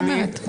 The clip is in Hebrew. רק אומרת.